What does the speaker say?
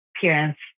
parents